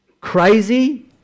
Crazy